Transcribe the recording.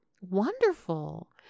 wonderful